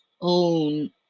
own